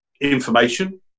information